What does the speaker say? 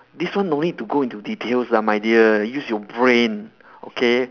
this one don't need to go into details lah my dear use your brain okay